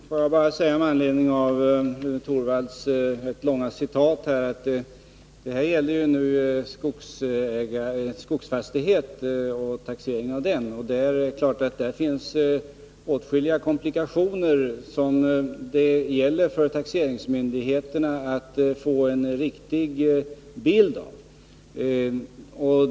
Herr talman! Får jag bara säga med anledning av Rune Torwalds rätt långa citat att detta gällde taxeringen av skogsfastighet. Det finns i samband med den åtskilliga komplikationer som det gäller för taxeringsmyndigheterna att få en riktig bild av.